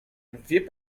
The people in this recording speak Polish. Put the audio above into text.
wie